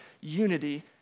unity